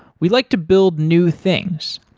we like to build new things,